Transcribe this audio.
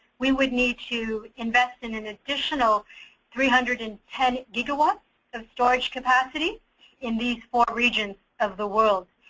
we would need to invest in an additional three hundred and ten gigawatts of storage capacity in these four regions of the world.